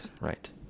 Right